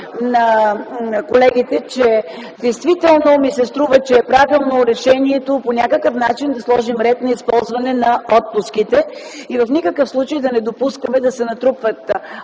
на колегите, че действително ми се струва, че е правилно решението по някакъв начин да сложим ред за използване на отпуските и в никакъв случай да не допускаме да се натрупват